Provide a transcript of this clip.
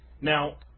Now